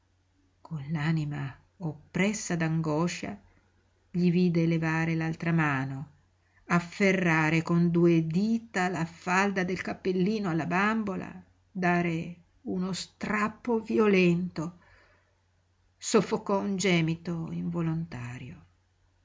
con l'anima oppressa d'angoscia gli vide levare l'altra mano afferrare con due dita la falda del cappellino alla bambola dare uno strappo violento soffocò un gemito involontario